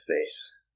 face